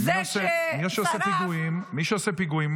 מי שעושה פיגועים